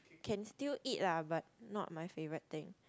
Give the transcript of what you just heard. can still eat lah but not my favourite thing